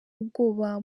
ubwoba